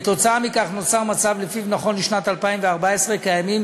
כתוצאה מכך נוצר מצב שלפיו נכון לשנת 2014 קיימים